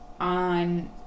on